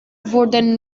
wurden